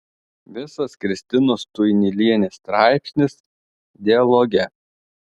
visas kristinos tuinylienės straipsnis dialoge